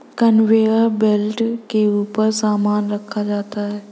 conveyor belt के ऊपर सामान रखा जाता है